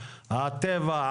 הטבע,